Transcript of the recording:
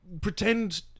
pretend